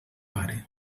pare